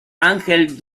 angel